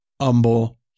Humble